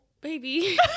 baby